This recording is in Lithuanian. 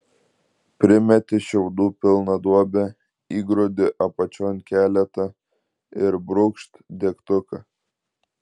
primeti šiaudų pilną duobę įgrūdi apačion keletą ir brūkšt degtuką